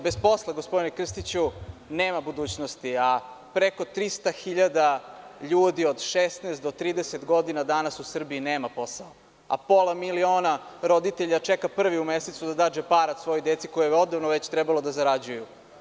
Bez posla, gospodine Krstiću, nema budućnosti, a preko 300 hiljada ljudi od 16 do 30 godina danas u Srbiji nema posao, a pola miliona roditelja čeka prvi u mesecu da da džeparac svojoj deci koja su odavno trebala da zarađuju.